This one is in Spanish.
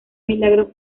milagro